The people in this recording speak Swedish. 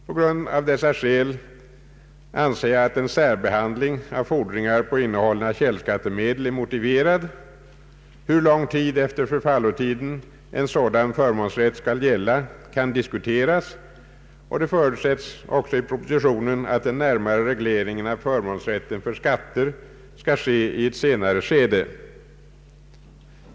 På grund härav anser jag att en särbehandling av fordringar på innehållna källskattemedel är motiverad. Hur lång tid efter förfallotiden en sådan förmånsrätt skall gälla, kan diskuteras, och det förutsättes även i propositionen att den närmare regleringen av förmånsrätten för skatten skall ske i ett senare skede.